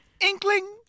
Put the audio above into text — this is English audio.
Inkling